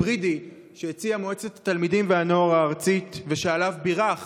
שהציעה מועצת התלמידים והנוער הארצית ושעליו בירך